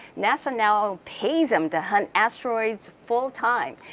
nasa now pays him to hunt asteroids full time.